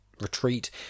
Retreat